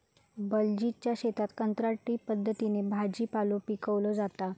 बलजीतच्या शेतात कंत्राटी पद्धतीन भाजीपालो पिकवलो जाता